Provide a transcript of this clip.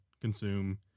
consume